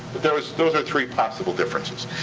those those are three possible differences.